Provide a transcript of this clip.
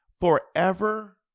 forever